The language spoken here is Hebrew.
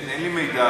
אין לי מידע.